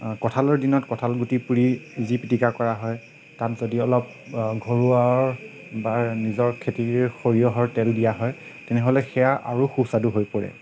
কঁঠালৰ দিনত কঁঠালগুটি পুৰি যি পিটিকা কৰা হয় তাত যদি অলপ ঘৰুৱা বা নিজৰ খেতিৰ সৰিয়হৰ তেল দিয়া হয় তেনেহ'লে সেইয়া আৰু সুস্বাদু হৈ পৰে